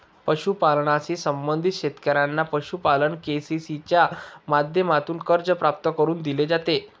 पशुपालनाशी संबंधित शेतकऱ्यांना पशुपालन के.सी.सी च्या माध्यमातून कर्ज प्राप्त करून दिले जाते